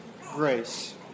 grace